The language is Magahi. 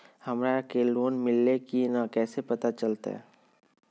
हमरा के लोन मिल्ले की न कैसे पता चलते?